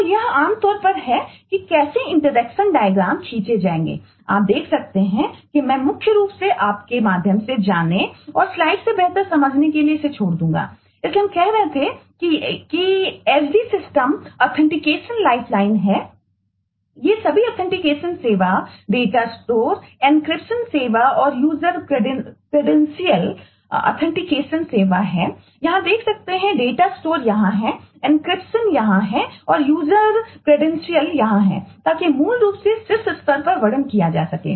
तो यह आमतौर पर है कि कैसे इंटरेक्शन डायग्रामयहां हैं ताकि मूल रूप से शीर्ष स्तर पर वर्णन किया जा सके